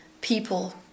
People